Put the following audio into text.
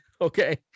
Okay